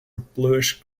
bluish